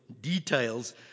details